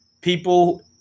people